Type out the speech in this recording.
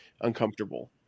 uncomfortable